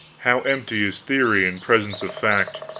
how empty is theory in presence of fact!